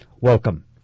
welcome